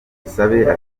ashimira